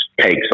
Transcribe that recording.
takes